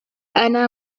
أنا